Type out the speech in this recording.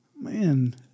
Man